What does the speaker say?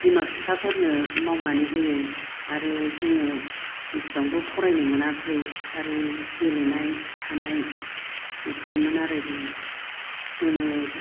बिमा फिफाफोरनो मावनानै होयो आरो जोङो इसिबांबो फरायनो मोनाखै आरो गेलेनाय थानाय बिदिनोमोन आरो जोङो जोङो